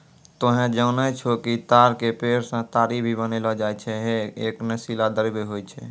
तोहं जानै छौ कि ताड़ के पेड़ सॅ ताड़ी भी बनैलो जाय छै, है एक नशीला द्रव्य होय छै